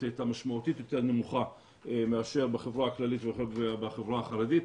הייתה משמעותית יותר נמוכה מאשר בחברה הכללית ובחברה החרדית.